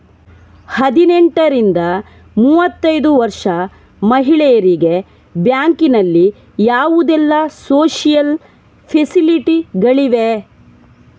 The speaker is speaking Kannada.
ಹದಿನೆಂಟರಿಂದ ಮೂವತ್ತೈದು ವರ್ಷ ಮಹಿಳೆಯರಿಗೆ ಬ್ಯಾಂಕಿನಲ್ಲಿ ಯಾವುದೆಲ್ಲ ಸೋಶಿಯಲ್ ಫೆಸಿಲಿಟಿ ಗಳಿವೆ?